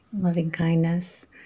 loving-kindness